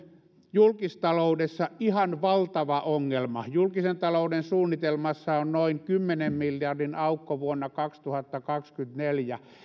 julkistaloudessa ihan valtava ongelma julkisen talouden suunnitelmassa on noin kymmenen miljardin aukko vuonna kaksituhattakaksikymmentäneljä